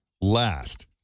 last